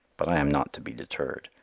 but i am not to be deterred.